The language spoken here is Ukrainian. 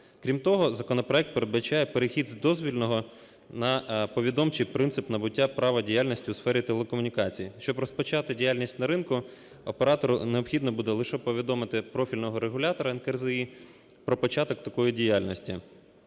Крім того законопроект передбачає перехід з дозвільного на повідомчий принцип набуття права діяльності у сфері телекомунікацій. Щоб розпочати діяльність на ринку оператору необхідно повідомити лише профільного регулятора РНКЗІ про початок такої діяльності.